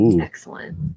excellent